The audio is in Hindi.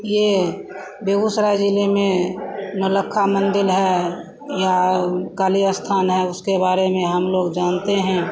यह बेगूसराय ज़िले में नौलक्खा मन्दिर है या काली अस्थान है उसके बारे में हमलोग जानते हैं